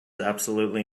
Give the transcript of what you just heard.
absolutely